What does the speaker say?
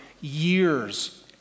years